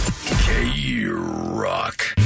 K-Rock